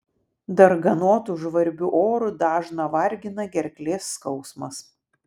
darganotu žvarbiu oru dažną vargina gerklės skausmas